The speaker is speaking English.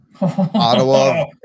Ottawa